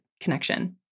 connection